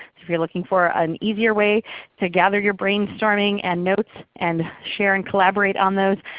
so if you're looking for an easier way to gather your brainstorming and notes, and share and collaborate on those,